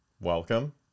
welcome